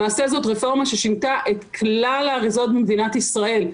למעשה זאת רפורמה ששינתה את כלל האריזות במדינת ישראל.